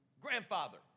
Grandfather